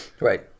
right